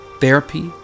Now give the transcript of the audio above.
therapy